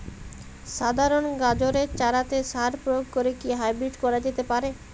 সাধারণ গাজরের চারাতে সার প্রয়োগ করে কি হাইব্রীড করা যেতে পারে?